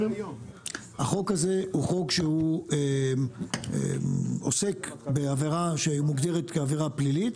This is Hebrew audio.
החוק הזה הוא חוק שעוסק בעבירה שמוגדרת כעבירה פלילית,